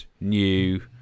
new